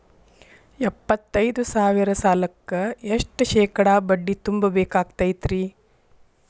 ಎಪ್ಪತ್ತೈದು ಸಾವಿರ ಸಾಲಕ್ಕ ಎಷ್ಟ ಶೇಕಡಾ ಬಡ್ಡಿ ತುಂಬ ಬೇಕಾಕ್ತೈತ್ರಿ?